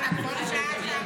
מהקואליציוני.